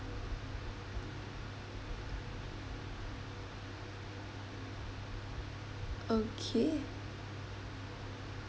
okay